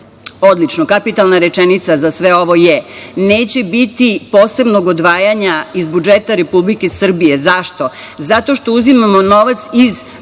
selu. Odlično, kapitalna rečenica za sve ovo je – neće biti posebnog odvajanja iz budžeta Republike Srbije, zašto? Zato što uzimamo novac iz